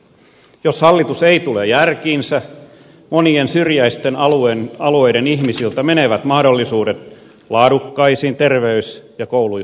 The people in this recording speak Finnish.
jos hallitus ei tule järkiinsä monien syrjäisten alueiden ihmisiltä menevät mahdollisuudet laadukkaisiin terveys ja koulupalveluihin